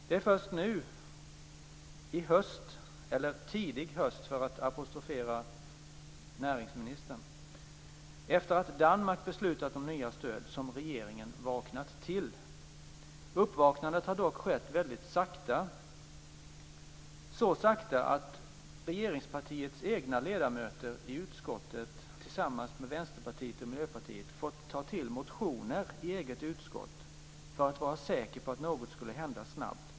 Det är först nu i höst - eller tidig höst för att apostrofera näringsministern - efter det att Danmark beslutat om nya stöd som regeringen har vaknat till. Uppvaknandet har dock skett väldigt sakta, så sakta att regeringspartiets egna ledamöter i utskottet, tillsammans med Vänsterpartiet och Miljöpartiet, har fått ta till motioner i eget utskott för att vara säkra på att något skulle hända snabbt.